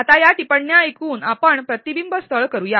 आता या टिप्पण्या ऐकून आपण प्रतिबिंब स्थळ करूया